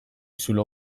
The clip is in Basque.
zulo